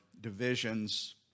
divisions